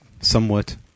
somewhat